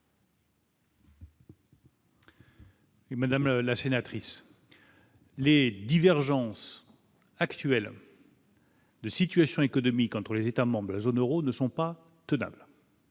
Madame la sénatrice, les divergences actuelles. De situation économique entre les États membres de la zone Euro ne sont pas tenable.